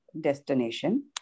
destination